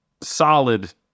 solid